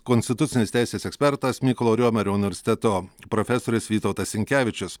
konstitucinės teisės ekspertas mykolo riomerio universiteto profesorius vytautas sinkevičius